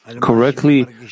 correctly